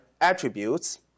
attributes